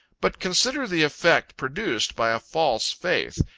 but consider the effect produced by a false faith,